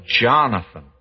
Jonathan